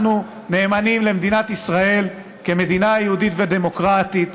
נאמנים למדינת ישראל כמדינה יהודית ודמוקרטית,